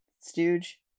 stooge